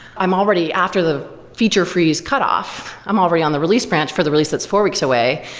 i'm already after the feature freeze cutoff. i'm already on the release branch for the release that's four weeks away.